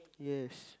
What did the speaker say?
yes